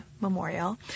Memorial